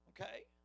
okay